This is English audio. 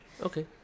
Okay